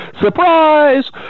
Surprise